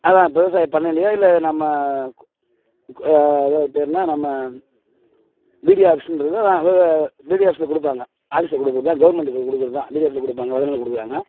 அதுதான் இப்போ விவசாய பண்ணையிலையோ இல்லை நம்ம அதுதான் அது பேர் என்ன நம்ம பீடிஓ ஆஃபிஸ்ன்றது பீடிஓ ஆஃபிஸ்ல கொடுப்பாங்க ஆஃபிஸ்ல கொடுக்குறதுதான் கவுர்மெண்ட்ல கொடுக்குறதுதான் பீடிஓ ஆஃபிஸ்ல கொடுப்பாங்க வித நெல் கொடுக்குறாங்க